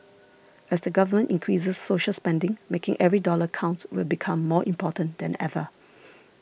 as the government increases social spending making every dollar count will become more important than ever